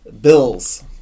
Bills